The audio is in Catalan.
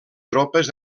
tropes